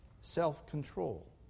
self-control